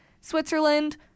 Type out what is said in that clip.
switzerland